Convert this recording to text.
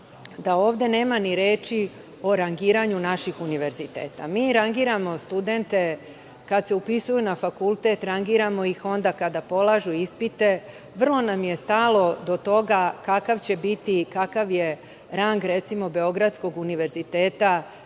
da ovde nema ni reči o rangiranju naših univerziteta. Mi rangiramo studente kada se upisuju na fakultet, rangiramo ih onda kada polažu ispite. Vrlo nam je stalo do toga kakav će biti, kakav je rang Beogradskog univerziteta